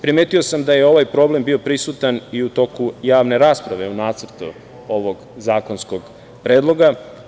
Primetio sam da je ovaj problem bio prisutan i u toku javne rasprave u nacrtu ovog zakonskog predloga.